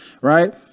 right